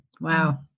Wow